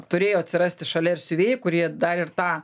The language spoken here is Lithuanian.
turėjo atsirasti šalia ir siuvėjai kurie dar ir tą